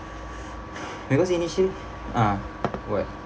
because initially ah what